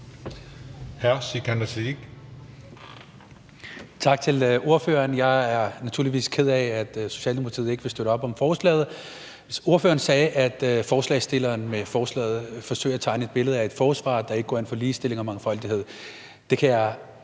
Tak til ordføreren. Jeg er naturligvis ked af, at Socialdemokratiet ikke vil støtte op om forslaget. Ordføreren sagde, at forslagsstillerne med forslaget forsøger at tegne et billede af et forsvar, der ikke går ind for ligestilling og mangfoldighed. Det kan jeg